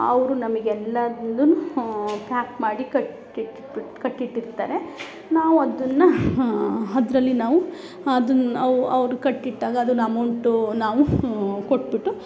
ಅವರು ನಮಗ್ ಎಲ್ಲಾದ್ನೂ ಪ್ಯಾಕ್ ಮಾಡಿ ಕಟ್ಟಿ ಇಟ್ಟು ಬಿಟ್ಟು ಕಟ್ಟಿಟ್ಟಿರ್ತಾರೆ ನಾವು ಅದನ್ನು ಅದರಲ್ಲಿ ನಾವು ಅದನ್ನು ಅವ್ರು ಅವ್ರು ಕಟ್ಟಿಟ್ಟಾಗ ಅದನ್ ಅಮೌಂಟು ನಾವು ಕೊಟ್ಬಿಟ್ಟು